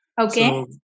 Okay